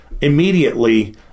immediately